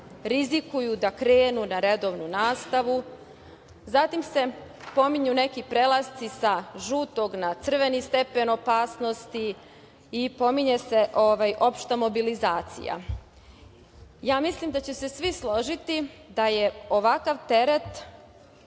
rizikuju da krenu na redovnu nastavu. Zatim se pominju neki prelasci sa žutog na crveni stepen opasnosti i pominje se opšta mobilizacija. Mislim da će se svi složiti da je ovakav teret